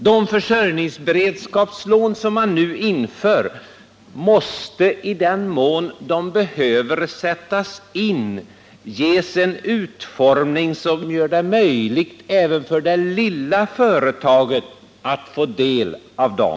De försörjningsberedskapslån som nu införs måste, i den mån de behöver sättas in, ges en utformning som gör det möjligt även för det lilla företaget att få del av sådana lån.